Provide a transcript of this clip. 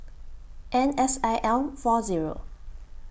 N S I L four Zero